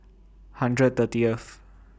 hundred thirtieth